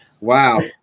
Wow